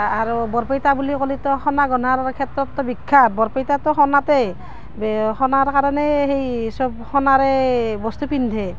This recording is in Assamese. আ আৰু বৰপেইটা বুলি ক'লিতো সোণা গহনাৰ ক্ষেত্ৰততো বিখ্যাত বৰপেইটাতো সোণাতেই সোণাৰ কাৰণে সেই চব সোণাৰেই বস্তু পিন্ধে